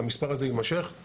והמספר הזה יימשך,